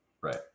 Right